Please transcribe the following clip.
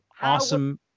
awesome